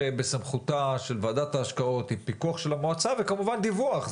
בסמכותה של ועדת ההשקעות עם פיקוח של המועצה וכמובן דיווח,